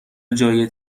جای